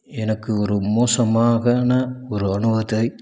எனக்கு ஒரு மோசமான ஒரு அனுபவத்தை